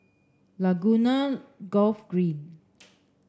Laguna Golf Green